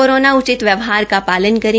corona उचित व्यवहार का पालन करें